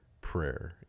prayer